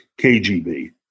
KGB